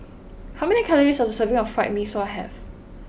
How many calories does a serving of Fried Mee Sua have